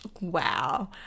Wow